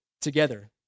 together